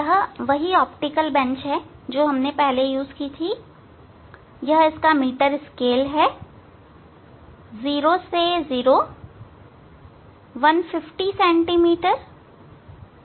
यह वही optical bench है यह इसका मीटर स्केल है 0 से 0 150 cm 150 cm